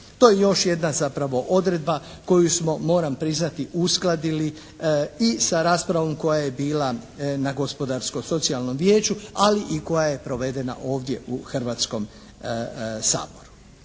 To je još jedna zapravo odredba koju smo moram priznati uskladili i sa raspravom koja je bila na Gospodarskom socijalnom vijeću, ali i koja je provedena ovdje u Hrvatskom saboru.